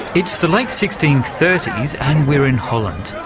it's the late sixteen thirty s and we're in holland.